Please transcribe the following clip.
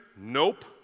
Nope